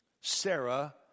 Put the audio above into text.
Sarah